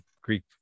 greek